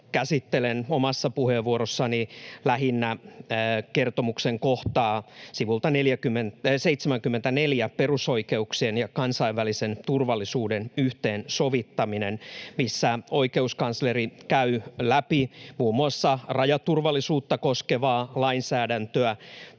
käsittelen omassa puheenvuorossani lähinnä kertomuksen kohtaa sivulta 74 ”Perusoikeuksien ja kansainvälisen turvallisuuden yhteensovittaminen", missä oikeuskansleri käy läpi muun muassa rajaturvallisuutta koskevaa lainsäädäntöä